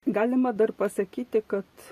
galima dar pasakyti kad